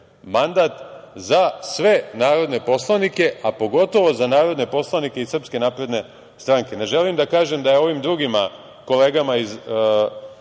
mandat za sve narodne poslanike a pogotovo za narodne poslanike iz SNS, ne želim da kažem da je ovim drugim kolegama iz